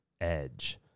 edge